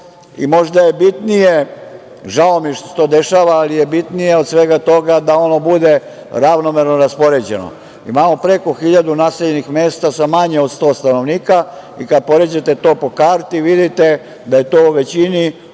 i možda je bitnije, žao mi je što se to dešava, ali je bitnija od svega toga da ono bude ravnomerno raspoređeno. Imamo preko 1.000 naseljenih mesta sa manje od 100 stanovnika i kada poređate to po krati vidite da je to u većini u